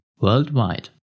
worldwide